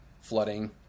flooding